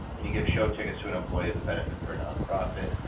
can you give show tickets to an employee as a benefit for a non-profit?